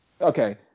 Okay